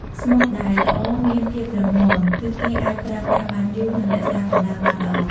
ស្មុកដែលល្អមានភាពរឹងមាំ គឺគេអាចប្រើប្រាស់បានយូរ និងរក្សាកម្ដៅបានល្អ។